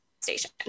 station